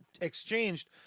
exchanged